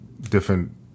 different